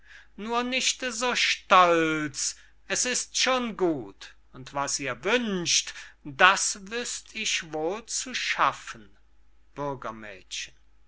nur nicht so stolz es ist schon gut und was ihr wünscht das wüßt ich wohl zu schaffen